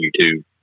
YouTube